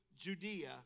Judea